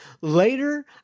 Later